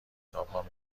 کتابها